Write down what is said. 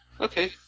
Okay